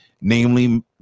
namely